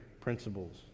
principles